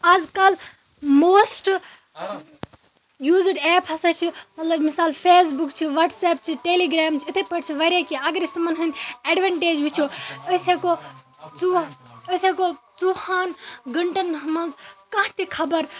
اَزکَل most used app ہَسا چھِ مطلب مِثال فیسبُک چھُ وَٹٕس اپ چھُ ٹیلی گرام چھُ یِتھے پٲٹھۍ چھِ واریاہ کیٚنٛہہ اَگر أسۍ یِمَن ہُنٛد ایڈوَنٹیج وُچھو أسۍ ہیٚکو أسۍ ہیٚکو ژُہا ژُہَن گَنٹن مَنٛز کانٛہہ تہِ خبر